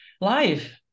life